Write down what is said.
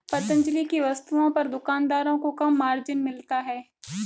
पतंजलि की वस्तुओं पर दुकानदारों को कम मार्जिन मिलता है